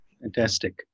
Fantastic